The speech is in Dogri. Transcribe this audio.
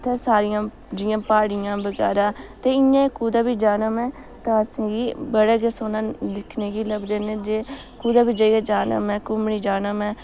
उत्थें सारियां जियां प्हाड़ियां बगैरा ते इ'यां कुदै बी जाना में तां असेंगी बड़ा गै सौह्ना दिक्खने गी लभदे न जे कुदै बी जे जाना होऐ में घूमने गी जाना होऐ में